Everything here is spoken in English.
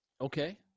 Okay